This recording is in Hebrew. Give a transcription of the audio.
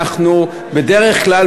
בדרך כלל,